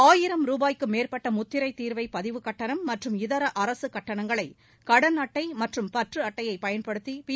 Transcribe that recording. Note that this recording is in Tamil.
ஆயிரம் ரூபாய்க்கு மேற்பட்ட முத்திரைத் தீர்வை பதிவுக் கட்டணம் மற்றும் இதர அரசு கட்டணங்களை கடன் அட்டை மற்றும் பற்று அட்டையைப் பயன்படுத்தி பி